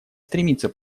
стремится